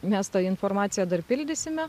mes tą informaciją dar pildysime